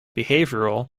behavioral